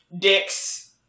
dicks